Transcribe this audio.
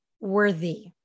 worthy